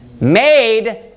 Made